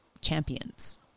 champions